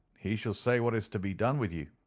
he shall say what is to be done with you.